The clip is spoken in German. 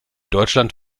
deutschland